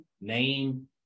name